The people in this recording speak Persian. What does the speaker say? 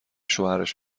شوهرش